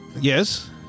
Yes